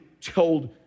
told